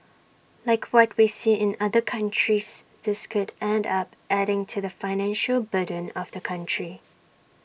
like what we see in other countries this could end up adding to the financial burden of the country